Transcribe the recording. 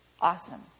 Awesome